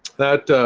that